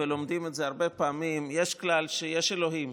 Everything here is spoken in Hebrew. לומדים את זה הרבה פעמים, יש כלל: יש אלוהים.